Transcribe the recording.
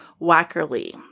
Wackerly